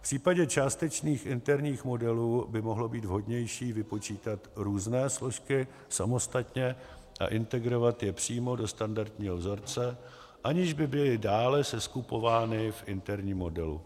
V případě částečných interních modelů by mohlo být vhodnější vypočítat různé složky samostatně a integrovat je přímo do standardního vzorce, aniž by byly dále seskupovány v interním modelu.